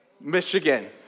Michigan